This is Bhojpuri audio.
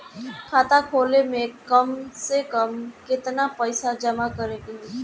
खाता खोले में कम से कम केतना पइसा जमा करे के होई?